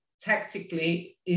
tactically